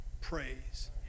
praise